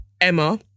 Emma